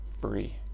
free